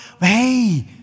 hey